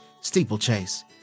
Steeplechase